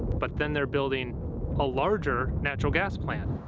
but then they're building a larger natural gas plant.